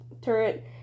turret